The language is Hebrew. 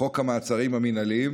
חוק המעצרים המינהליים,